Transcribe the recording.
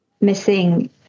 missing